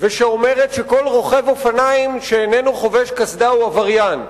ושאומרת שכל רוכב אופניים שאיננו חובש קסדה הוא עבריין.